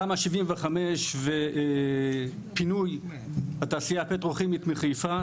תמ"א 75 ופינוי התעשייה הפטרוכימית מחיפה,